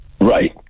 Right